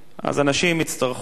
אז אנשים יצטרכו